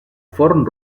forn